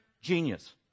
genius